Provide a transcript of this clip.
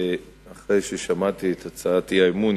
אחרי ששמעתי את הצעת האי-אמון,